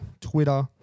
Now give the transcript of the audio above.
Twitter